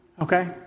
okay